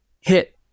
hit